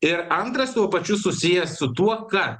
ir antras tuo pačiu susijęs su tuo kad